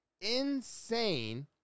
insane